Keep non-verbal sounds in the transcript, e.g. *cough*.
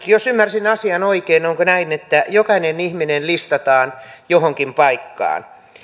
*unintelligible* jos ymmärsin asian oikein onko näin että jokainen ihminen listataan johonkin paikkaan